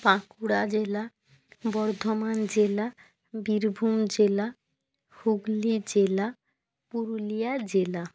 বাঁকুড়া জেলা বর্ধমান জেলা বীরভূম জেলা হুগলি জেলা পুরুলিয়া জেলা